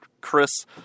Chris